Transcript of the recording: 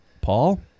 Paul